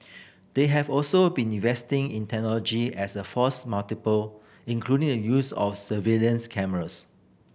they have also been investing in technology as a force multiple including the use of surveillance cameras